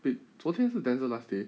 wait 昨天是 denzel last day